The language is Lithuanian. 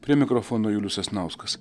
prie mikrofono julius sasnauskas